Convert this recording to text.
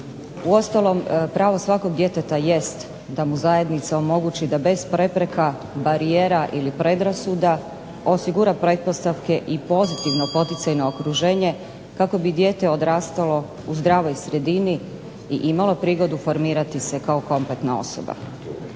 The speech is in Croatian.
Uostalom, pravo svakog djeteta jest da mu zajednica omogući da bez prepreka, barijera ili predrasuda osigura pretpostavke i pozitivno poticajno okruženje kako bi dijete odrastalo u zdravoj sredini i imalo prigodu formirati se kao kompletna osoba.